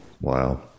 Wow